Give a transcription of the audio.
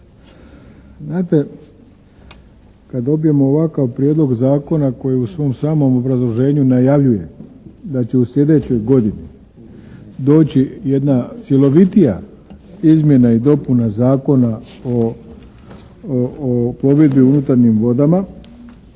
Znate kad dobijemo ovakav prijedlog zakona koji u svom samom obrazloženju najavljuje da će u sljedećoj godini doći jedna cjelovitija izmjena i dopuna Zakona o plovidbi unutarnjim vodama